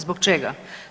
Zbog čega?